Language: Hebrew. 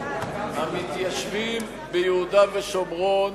המתיישבים ביהודה ושומרון